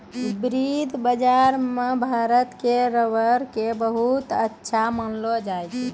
विश्व बाजार मॅ भारत के रबर कॅ बहुत अच्छा मानलो जाय छै